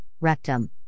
rectum